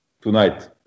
tonight